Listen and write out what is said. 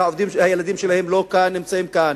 הילדים שלהם לא נמצאים כאן.